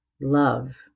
love